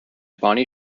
bonnie